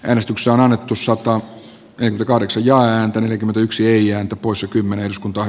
äänestys on annettu sotaan ensi kaudeksi ja ääntä neljäkymmentäyksi neljään vuosikymmeneen uskontoon